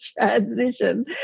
transition